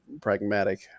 pragmatic